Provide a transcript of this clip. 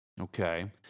Okay